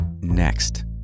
next